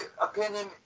opinion